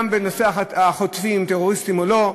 גם בנושא החוטפים, טרוריסטים או לא,